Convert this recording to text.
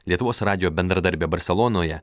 lietuvos radijo bendradarbė barselonoje